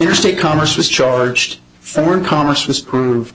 interstate commerce was charged for commerce was grooved